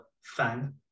FAN